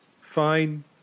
Fine